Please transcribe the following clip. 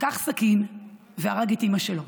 לקח סכין והרג את אימא שלו.